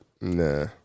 Nah